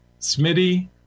Smitty